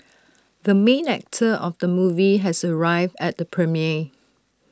the main actor of the movie has arrived at the premiere